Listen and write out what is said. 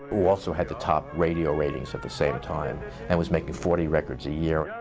who also had the top radio ratings at the same time and was making forty records a year.